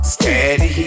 Steady